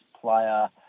player